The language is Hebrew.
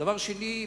דבר שני.